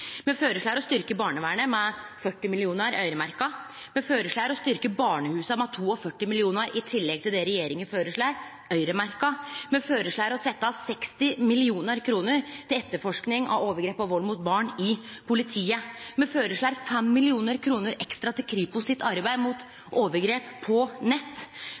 Me føreslår å styrkje barnevernet med 40 mill. kr, øyremerkte. Me føreslår å styrkje barnehusa med 42 mill. kr, i tillegg til det regjeringa føreslår, øyremerkte. Me føreslår å setje av 60 mill. kr til politiet for etterforsking av overgrep og vald mot barn. Me føreslår 5 mill. kr ekstra til Kripos sitt arbeid mot overgrep på nett.